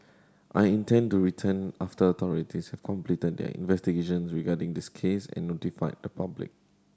I intend to return after authorities have completed their investigations regarding this case and notified the public